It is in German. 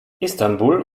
istanbul